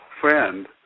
friend